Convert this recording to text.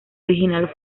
original